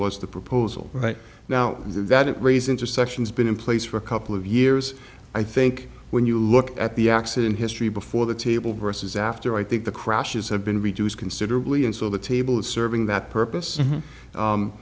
was the proposal right now that it raise intersections been in place for a couple of years i think when you look at the accident history before the table vs after i think the crashes have been reduced considerably and so the table is serving that purpose